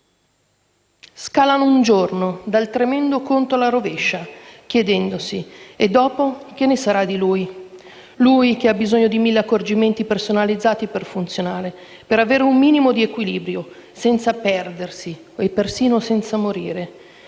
scalano un giorno dal tremendo conto alla rovescia, chiedendosi: e dopo, che ne sarà di lui? Lui che ha bisogno di mille accorgimenti personalizzati per funzionare, per avere un minimo di equilibrio, senza perdersi e persino senza morire.